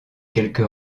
quelque